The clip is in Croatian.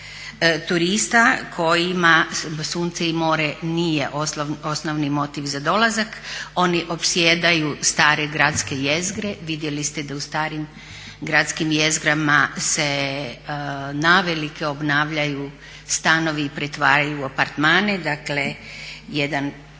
turista kojima sunce i more nije osnovni motiv za dolazak, oni opsjedaju stare gradske jezgre, vidjeli ste da u starim gradskim jezgrama se navelike obnavljaju stanovi i pretvaraju u apartmane. Dakle jedan